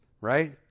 right